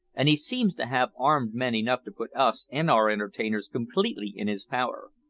and he seems to have armed men enough to put us and our entertainers completely in his power.